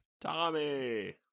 Tommy